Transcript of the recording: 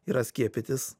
yra skiepytis